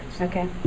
Okay